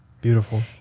beautiful